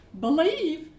believe